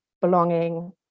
belonging